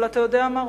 אבל אתה יודע מה,